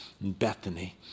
Bethany